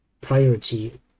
priority